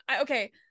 Okay